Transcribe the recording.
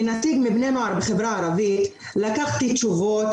כנציג בני הנוער בחברה הערבית לקחתי תשובות,